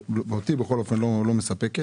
בכל אופן, אותי התשובה לא מספקת.